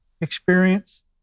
experience